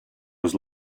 was